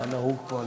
מה נהוג פה?